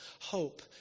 hope